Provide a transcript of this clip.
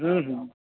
हूँ हूँ